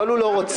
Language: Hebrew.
אבל הוא לא רוצה.